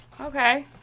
Okay